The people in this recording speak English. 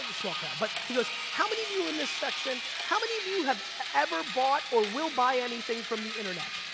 small crowd, but he goes, how many of you in this section, how many of you have ever bought or will buy anything from the internet?